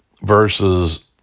versus